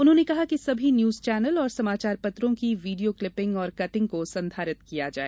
उन्होंने कहा कि सभी न्यूज चैनल और समाचार पत्रों की वीडियो क्लिपिंग और कटिंग को संधारित किया जाए